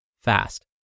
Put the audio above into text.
fast